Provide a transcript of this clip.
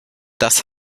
das